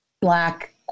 black